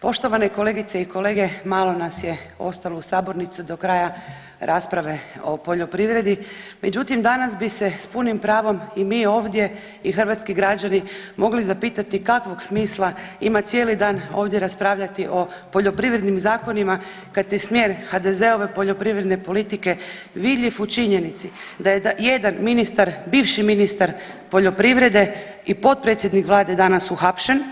Poštovane kolegice i kolege, malo nas je ostalo u sabornici do kraja rasprave o poljoprivredi, međutim danas bi se s punim pravom i mi ovdje i hrvatski građani mogli zapitati kakvog smisla ima cijeli dan ovdje raspravljati o poljoprivrednim zakonima kad je smjer HDZ-ove poljoprivredne politike vidljiv u činjenici da je jedan ministar, bivši ministar poljoprivrede i potpredsjednik vlade danas uhapšen,